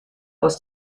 aus